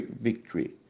victory